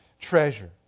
treasure